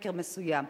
סקר מסוים.